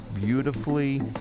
beautifully